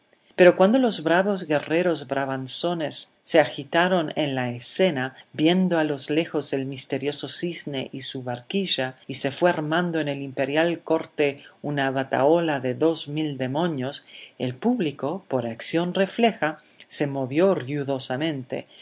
pero cuando los bravos guerreros brabanzones se agitaron en la escena viendo a lo lejos el misterioso cisne y su barquilla y se fue armando en la imperial corte una batahola de dos mil demonios el público por acción refleja se movió ruidosamente